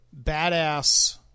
badass